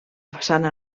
façana